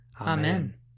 Amen